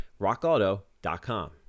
rockauto.com